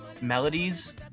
melodies